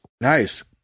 Nice